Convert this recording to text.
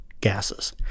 gases